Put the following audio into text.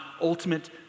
ultimate